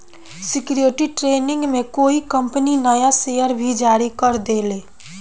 security training में कोई company नया शेयर भी जारी कर देले